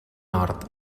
nord